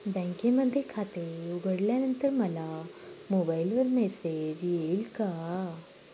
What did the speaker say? बँकेमध्ये खाते उघडल्यानंतर मला मोबाईलवर मेसेज येईल का?